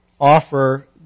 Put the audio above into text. offer